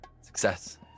Success